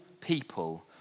people